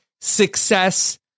success